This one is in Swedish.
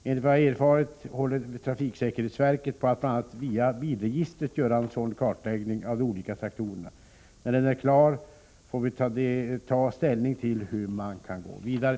Enligt vad jag har erfarit håller trafiksäkerhetsverket på att bl.a. via bilregistret göra en sådan kartläggning av de olika traktorerna. När den är klar får vi ta ställning till hur man kan gå vidare.